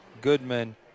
Goodman